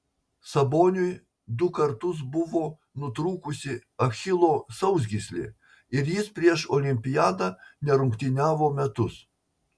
saboniui du kartus buvo nutrūkusi achilo sausgyslė ir jis prieš olimpiadą nerungtyniavo metus